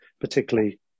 particularly